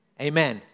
Amen